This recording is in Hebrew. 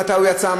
מתי הוא יצא,